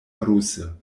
ruse